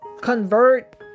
convert